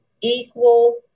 equal